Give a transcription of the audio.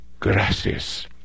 Gracias